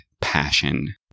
passion